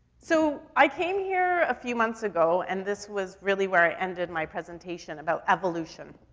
so i came here a few months ago and this was really where i ended my presentation about evolution.